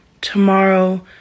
tomorrow